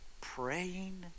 praying